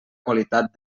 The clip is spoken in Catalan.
qualitat